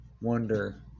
wonder